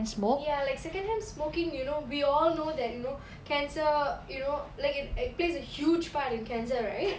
ya like secondhand smoking you know we all know that you know cancer you know like in like it plays a huge part in cancer right